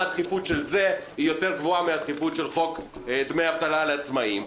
הדחיפות של זה גבוהה יותר מהדחיפות של הצעת חוק דמי אבטלה לעצמאים.